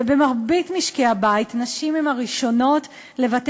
ובמרבית משקי-הבית נשים הן הראשונות לוותר